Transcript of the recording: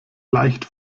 leicht